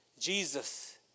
Jesus